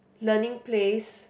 learning place